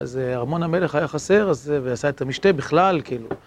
אז ארמון המלך היה חסר, ועשה את המשתה בכלל, כאילו.